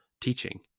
teaching